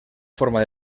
forma